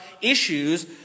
issues